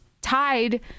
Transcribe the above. tied